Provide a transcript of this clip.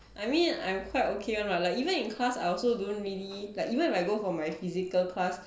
I mean I'm quite okay lah like even in class I also don't really like even if I go for my physical class